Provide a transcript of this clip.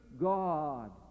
God